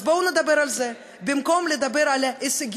אז בואו נדבר על זה במקום לדבר על ההישגים,